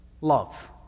love